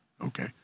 okay